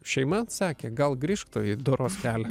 šeima sakė gal grįžk tu į doros kelią